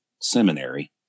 seminary